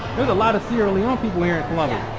there's a lot of sierre leonne people here